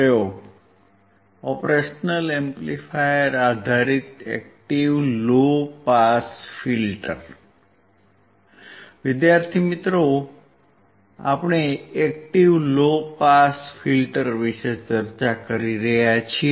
પ્રયોગ operational amplifier આધારિત active low pass filter આપણે એક્ટીવ લો પાસ ફિલ્ટર વિષે ચર્ચા કરી રહ્યા છીએ